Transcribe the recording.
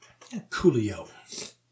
coolio